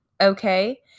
okay